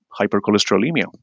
hypercholesterolemia